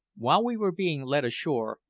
while we were being led ashore,